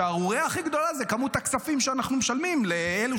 השערורייה הכי גדולה היא כמות הכספים שאנחנו משלמים לאלו